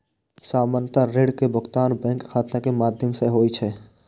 सामान्यतः ऋण के भुगतान बैंक खाता के माध्यम सं होइ छै